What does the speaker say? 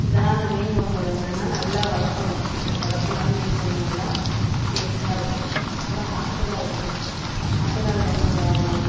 இதுதான் அந்த மீன் குழம்போட என்னெனா நல்லா வதக்கணும் ஃபஸ்ட்டு வதக்கினாலே மீன் குழம்பு நல்லா டேஸ்ட்டாயிருக்கும் அப்புறம் ஆட்டுக்கால் குழம்பு ஆட்டுக்கால் குழம்பு நல்லா வைப்பேங்க